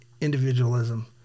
individualism